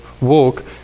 Walk